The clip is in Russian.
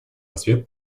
аспект